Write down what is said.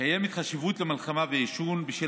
קיימת חשיבות למלחמה בעישון בשל